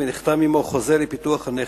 ונחתם עמו חוזה לפיתוח הנכס.